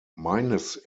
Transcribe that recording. meines